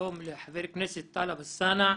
שלום לחבר הכנסת טלב אבו עראר.